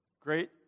great